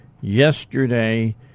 Yesterday